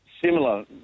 similar